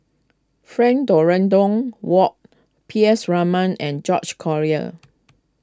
Frank Dorrington Ward P S Raman and George Collyer